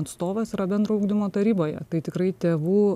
atstovas yra bendro ugdymo taryboje tai tikrai tėvų